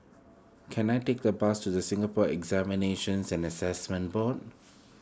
can I take the bus to the Singapore Examinations and Assessment Board